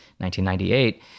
1998